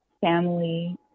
family